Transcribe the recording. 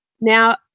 Now